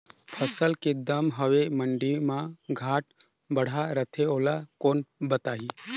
फसल के दम हवे मंडी मा घाट बढ़ा रथे ओला कोन बताही?